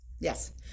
Yes